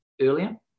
earlier